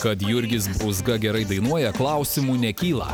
kad jurgis būzga gerai dainuoja klausimų nekyla